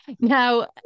Now